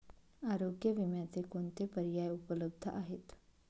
आरोग्य विम्याचे कोणते पर्याय उपलब्ध आहेत?